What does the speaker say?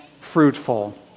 fruitful